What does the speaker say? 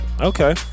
Okay